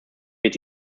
wird